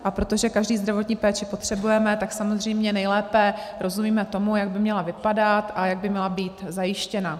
A protože každý zdravotní péči potřebujeme, tak samozřejmě nejlépe rozumíme tomu, jak by měla vypadat a jak by měla být zajištěna.